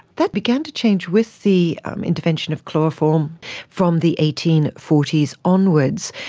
that began to change with the intervention of chloroform from the eighteen forty s onwards,